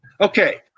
Okay